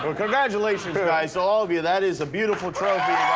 congratulations, guys. all of you. that is a beautiful trophy.